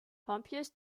pompeius